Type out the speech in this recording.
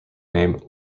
name